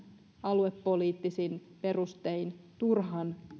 aluepoliittisin perustein turhan